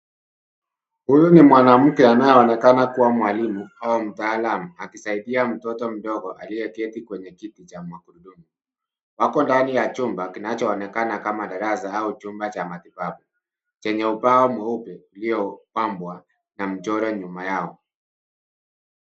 Huyu ni mwanamke anayeonekana kuwa mwalimu au mtaalamu akisaidia mtoto mdogo aliyeketi kwenye kiti cha magurudumu wako ndani ya chumba kinachoonekana kuwa darasa au chumba cha matibabu chenye ubao mweupe uliopambwa na mchoro nyuma yao.